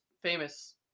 famous